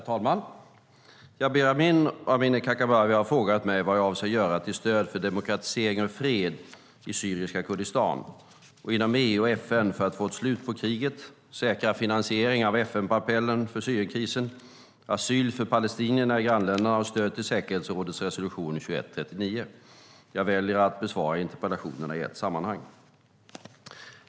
Herr talman! Jabar Amin och Amineh Kakabaveh har frågat mig vad jag avser att göra till stöd för demokratisering och fred i syriska Kurdistan och inom EU och FN för att få ett slut på kriget, säkra finansiering av FN-appellen för Syrienkrisen, asyl för palestinier i grannländerna och stöd till säkerhetsrådets resolution 2139. Jag väljer att besvara interpellationerna i ett sammanhang.